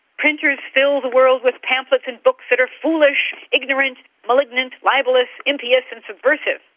printers fill the world with pamphlets and books that are foolish, ignorant, malignant, libellous, impious and subversive,